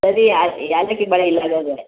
ಅದೇ ಏಲಕ್ಕಿ ಬಾಳೆ ಇಲ್ಲ